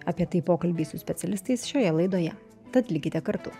apie tai pokalbiai su specialistais šioje laidoje tad likite kartu